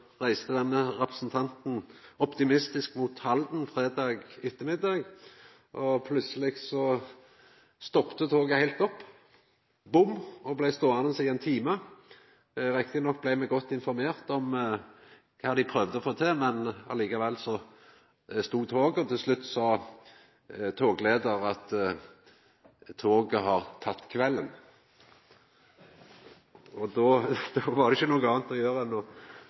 reiste denne representanten optimistisk mot Halden på fredag ettermiddag, og plutseleg stoppa toget heilt opp, og det blei ståande ein time. Me blei rett nok godt informerte om kva dei prøvde å få til, men likevel stod toget bom still. Til slutt sa togleiaren at toget hadde «tatt kvelden». Da var det ikkje noko anna å